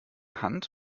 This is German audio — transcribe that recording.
hand